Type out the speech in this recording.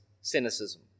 cynicism